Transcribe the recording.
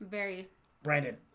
barry brandon